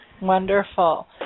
Wonderful